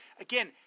again